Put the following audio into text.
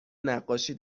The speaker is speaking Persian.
نقاشی